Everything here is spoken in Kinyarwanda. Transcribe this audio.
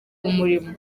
umurimo